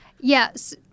Yes